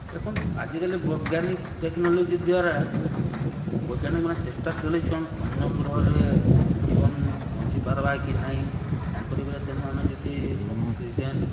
ଦେଖୁନ୍ ଆଜିକାଲି ବୈଜ୍ଞାନିକ୍ ଟେକ୍ନୋଲୋଜି ଦ୍ୱାରା ବୈଜ୍ଞାନିକ୍ମାନେ ଚେଷ୍ଟା ଚଲେଇଛନ୍ ଅନ୍ୟ ଗ୍ରହରେ ଜୀବନ୍ ବଞ୍ଚିପାର୍ବା କି ନାଇଁ କାଁ କରିି ବେଲେ ସେନୁ ଆମେ ଯଦି ଅକ୍ସିଜେନ୍